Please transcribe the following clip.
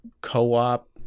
co-op